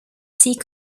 sea